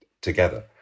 together